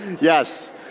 yes